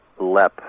Lepp